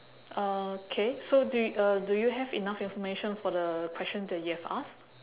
okay so do uh do you have enough information for the question that you have asked